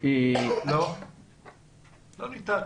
לא ניתק.